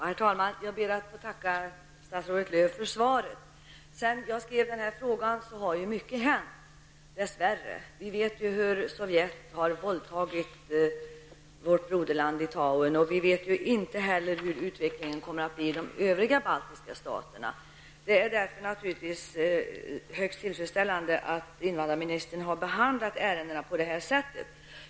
Herr talman! Jag ber att få tacka statsrådet Lööw för svaret. Sedan jag väckte denna fråga har dess värre mycket hänt. Vi vet hur Sovjet har våldtagit vårt broderland Litauen. Vi vet inte hur utvecklingen kommer att bli i de övriga baltiska staterna. Det är därför högst tillfredsställande att invandrarministern har behandlat ärendena på detta sätt.